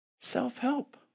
Self-help